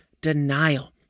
denial